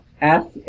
ask